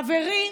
חברי,